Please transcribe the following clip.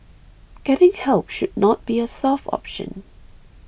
getting help should not be a soft option